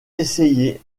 essayer